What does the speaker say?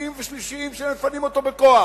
שניים ושלישיים שמפנים אותו בכוח.